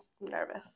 nervous